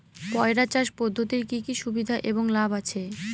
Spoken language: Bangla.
পয়রা চাষ পদ্ধতির কি কি সুবিধা এবং লাভ আছে?